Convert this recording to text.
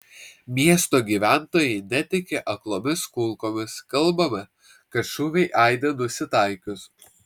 miesto gyventojai netiki aklomis kulkomis kalbama kad šūviai aidi nusitaikius